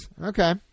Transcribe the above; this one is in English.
Okay